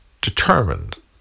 determined